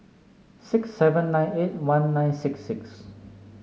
six seven nine eight one nine six six